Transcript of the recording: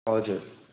हजुर